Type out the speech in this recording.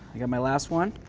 i got my last one,